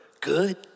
Good